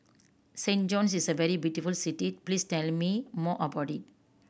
Saint John's is a very beautiful city please tell me more about it